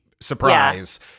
Surprise